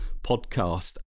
podcast